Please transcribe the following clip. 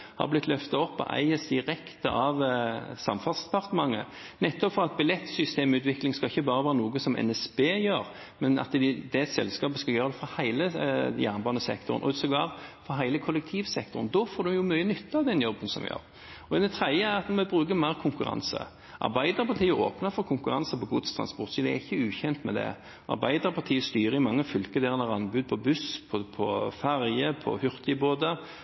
har blitt løftet opp og eies direkte av Samferdselsdepartementet, fordi billettsystemutvikling ikke skal være noe som bare NSB gjør, men skal være noe som det selskapet skal gjøre for hele jernbanesektoren, sågar for hele kollektivsektoren. Da får en mye nytte av den jobben som gjøres. Det tredje er at vi bruker mer konkurranse. Arbeiderpartiet åpnet for konkurranse på godstransport, så de er ikke ukjente med det. Arbeiderpartiet styrer i mange fylker hvor en har anbud på buss,